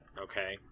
Okay